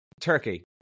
Turkey